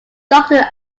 doctor